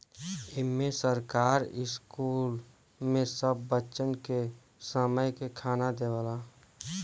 इम्मे सरकार स्कूल मे सब बच्चन के एक समय के खाना देवला